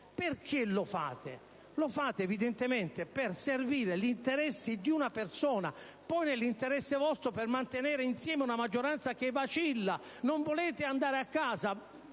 Perché lo fate? Lo fate evidentemente per servire gli interessi di una persona, e poi nel vostro interesse, per mantenere insieme una maggioranza che vacilla. Non volete andare a casa?